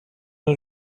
när